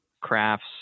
crafts